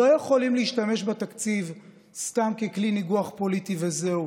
לא יכולים להשתמש בתקציב סתם ככלי ניגוח פוליטי וזהו.